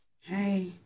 Hey